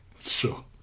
Sure